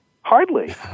Hardly